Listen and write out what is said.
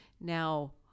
Now